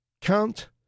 Count